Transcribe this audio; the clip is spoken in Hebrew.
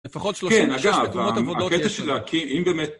לפחות שלושה נשאר, והקטע שלה, כי אם באמת...